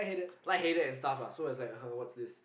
light headed and stuff lah so I was like !huh! what's this